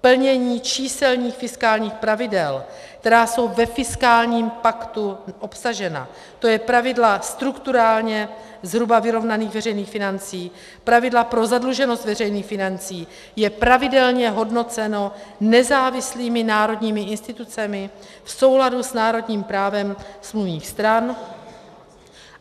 Plnění číselných fiskálních pravidel, která jsou ve fiskálním paktu obsažena, tj. pravidla strukturálně zhruba vyrovnaných veřejných financí, pravidla pro zadluženost veřejných financí, je pravidelně hodnoceno nezávislými národními institucemi v souladu s národním právem smluvních stran